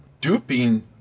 duping